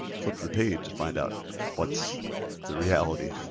flip the page to find out what's the reality,